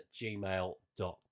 gmail.com